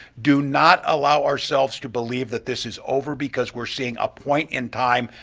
do not allow ourselves to believe that this is over because we're seeing a point in time,